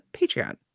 Patreon